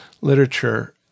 literature